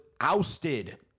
ousted